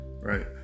right